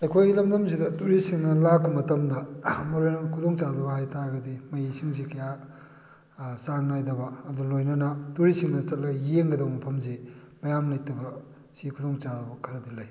ꯑꯩꯈꯣꯏꯒꯤ ꯂꯝꯗꯝꯁꯤꯗ ꯇꯨꯔꯤꯁꯁꯤꯡꯅ ꯂꯥꯛꯄ ꯃꯇꯝꯗ ꯃꯔꯨ ꯑꯣꯏꯅ ꯈꯨꯗꯣꯡ ꯆꯥꯗꯕ ꯍꯥꯏꯇꯥꯔꯒꯗꯤ ꯃꯩ ꯏꯁꯤꯡꯁꯤ ꯀꯌꯥ ꯆꯥꯡ ꯅꯥꯏꯗꯕ ꯑꯗꯨꯒ ꯂꯣꯏꯅꯅ ꯇꯨꯔꯤꯁ ꯁꯤꯡꯅ ꯆꯠꯂꯒ ꯌꯦꯡꯒꯗꯕ ꯃꯐꯝꯁꯤ ꯃꯌꯥꯝ ꯂꯩꯇꯕ ꯁꯤ ꯈꯨꯗꯣꯡ ꯆꯥꯕ ꯈꯔꯗꯤ ꯂꯩ